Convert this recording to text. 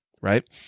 Right